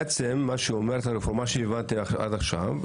בעצם מה שאומרת הרפורמה לפי מה שהבנתי עד עכשיו,